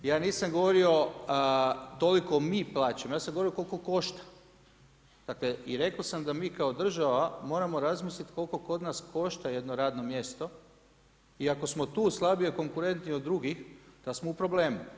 Ja nisam govorio toliko mi plaćamo, ja sam govorio koliko košta i rekao sam da mi kao država moramo razmisliti koliko kod nas košta jedno radno mjesto i ako smo tu slabije konkurentni od drugih da smo u problemu.